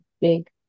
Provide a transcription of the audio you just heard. big